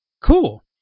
Cool